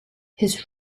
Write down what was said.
his